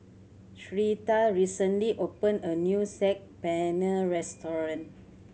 Syreeta recently opened a new Saag Paneer Restaurant